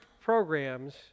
programs